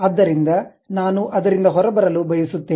ಆದ್ದರಿಂದ ನಾನು ಅದರಿಂದ ಹೊರಬರಲು ಬಯಸುತ್ತೇನೆ